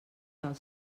del